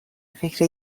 فکر